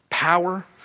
Power